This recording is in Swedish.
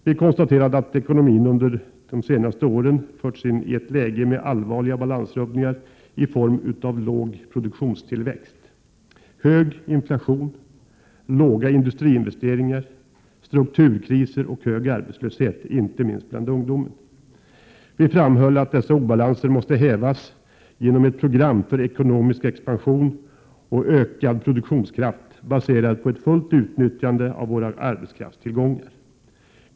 Vi konstaterade att ekonomin under de senaste åren förts in i ett läge med allvarliga balansrubbningar i form av låg produktionstillväxt, hög inflation, låga industriinvesteringar, strukturkriser och hög arbetslöshet, inte minst bland ungdomen. Vi framhöll att dessa obalanser måste hävas genom ett program för ekonomisk expansion och ökad produktionskraft baserad på ett fullt utnyttjande av våra arbetskraftstillgångar.